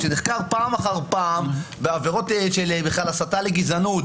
שנחקר פעם אחר פעם בעבירות של בכלל הסתה לגזענות,